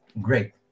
great